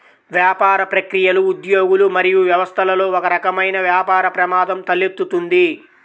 వ్యాపార ప్రక్రియలు, ఉద్యోగులు మరియు వ్యవస్థలలో ఒకరకమైన వ్యాపార ప్రమాదం తలెత్తుతుంది